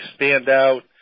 standout